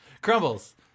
Crumbles